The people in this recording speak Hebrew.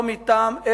לא מטעם,